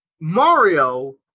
Mario